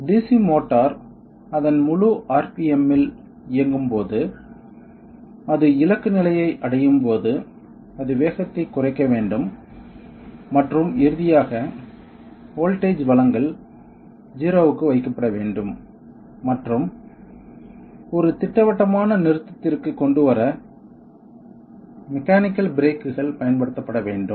DC motor அதன் முழு RPM இல் இயங்கும் போது அது இலக்கு நிலையை அடையும் போது அது வேகத்தை குறைக்க வேண்டும் மற்றும் இறுதியாக வோல்ட்டேஜ் வழங்கல் 0 க்கு வைக்கப்பட வேண்டும் மற்றும் ஒரு திட்டவட்டமான நிறுத்தத்திற்கு கொண்டு வர மெக்கானிக்கல் பிரேக்குகள் பயன்படுத்தப்பட வேண்டும்